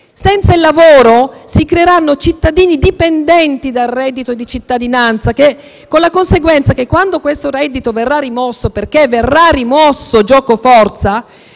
senza il lavoro si creeranno cittadini dipendenti dal reddito di cittadinanza, con la conseguenza che, quando questo reddito verrà rimosso, perché verrà rimosso, gioco forza,